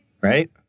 right